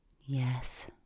Yes